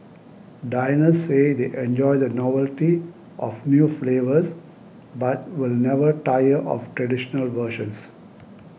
diners say they enjoy the novelty of new flavours but will never tire of traditional versions